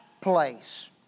place